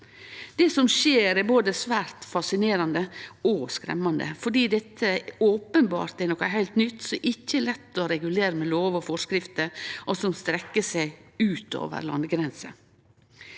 Det som skjer, er både svært fascinerande og skremmande, for dette er openbert noko heilt nytt som ikkje er lett å regulere med lover og forskrifter, og som strekkjer seg utover landegrenser.